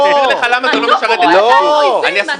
חצוף, הוא רואה בהם אויבים, אני לא מאמינה לזה.